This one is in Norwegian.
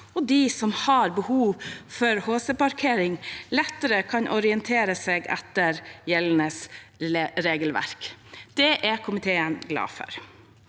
og de som har behov for HC-parkering, lettere kan orientere seg etter gjeldende regelverk. Det er komiteen glad for.